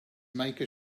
make